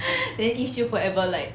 then eve 就 forever like